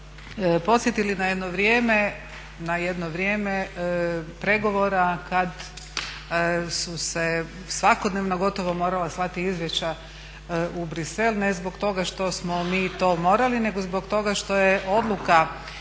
podsjetili na jedno vrijeme pregovora kad su se svakodnevno gotovo morala slati izvješća u Bruxelles, ne zbog toga što smo mi to morali nego zbog toga što je odluka